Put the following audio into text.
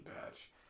patch